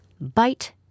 Bite